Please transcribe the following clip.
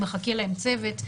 מחכה להם צוות,